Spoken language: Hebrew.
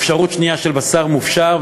אפשרות שנייה של בשר מופשר,